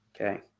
okay